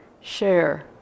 share